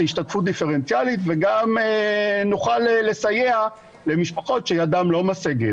וגם נוכל לסייע למשפחות שידן לא משגת